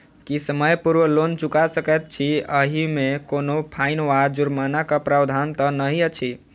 की समय पूर्व लोन चुका सकैत छी ओहिमे कोनो फाईन वा जुर्मानाक प्रावधान तऽ नहि अछि?